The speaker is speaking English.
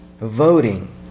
voting